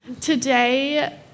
Today